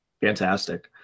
Fantastic